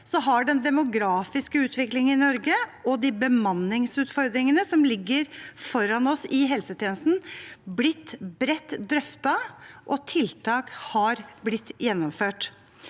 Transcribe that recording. har den demografiske utviklingen i Norge og de bemanningsutfordringene som ligger foran oss i helsetjenesten, blitt bredt drøftet, og tiltak har blitt gjennomført.